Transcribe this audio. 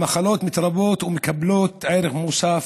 המחלות מתרבות ומקבלות ערך מוסף,